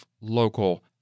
local